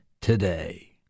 Today